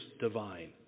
divine